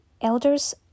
elders